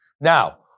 Now